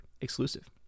exclusive